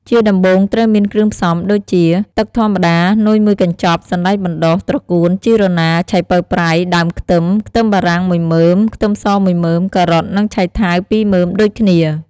ជាដំបូងត្រូវមានគ្រឿងផ្សំដូចជា ទឹកធម្មតា នុយមួយកញ្ចប់ សណ្តែកបណ្តុះ ត្រកួន ជីរណា ឆៃពៅប្រៃ ដើមខ្ទឹម ខ្ទឹមបារាំងមួយមើម ខ្ទឹមសមួយមើម ការ៉ុត និងឆៃថាវពីរមើមដូចគ្នា។